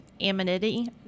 amenity